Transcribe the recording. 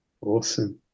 awesome